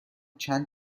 چند